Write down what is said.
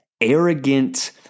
arrogant